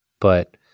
But-